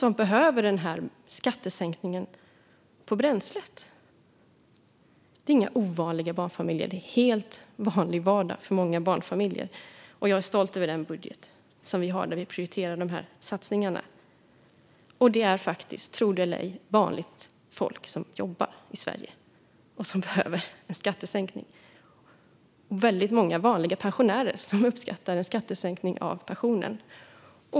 De behöver skattesänkningen på bränslet. Det är inga ovanliga barnfamiljer. Det gäller den helt vanliga vardagen för många barnfamiljer. Jag är stolt över den budget som vi har lagt fram där vi prioriterar de satsningarna. Det är faktiskt, tro det eller ej, vanligt folk som jobbar i Sverige och som behöver en skattesänkning. Väldigt många vanliga pensionärer uppskattar också en skattesänkning på pensionen.